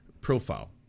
profile